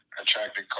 attracted